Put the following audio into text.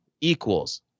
equals